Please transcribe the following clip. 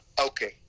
Okay